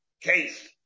case